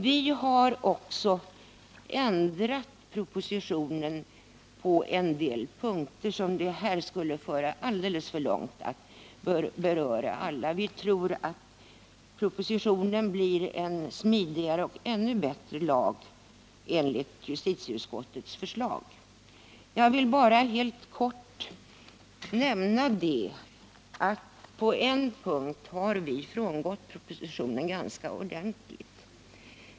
Vi har också ändrat propositionens förslag på en del punkter, men det skulle föra alldeles för långt att här beröra alla. Vi tror att lagen blir smidigare och bättre enligt justitieutskottets förslag. På en punkt har vi frångått propositionens förslag ganska ordentligt.